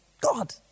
god